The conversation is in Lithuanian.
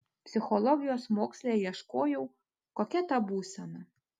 psichologijos moksle ieškojau kokia ta būsena